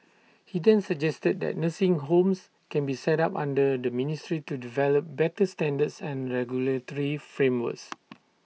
he then suggested that nursing homes can be set up under the ministry to develop better standards and regulatory frameworks